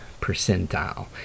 percentile